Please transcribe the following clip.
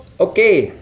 okay,